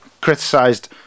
criticised